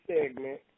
segment